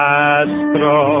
Castro